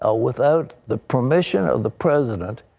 ah without the permission of the president,